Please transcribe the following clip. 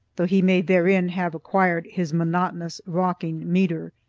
though he may therein have acquired his monotonous rocking-metre.